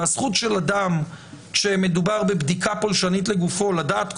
והזכות של אדם כשמדובר בבדיקה פולשנית לגופו לדעת,